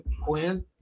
Quinn